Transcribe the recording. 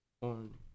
on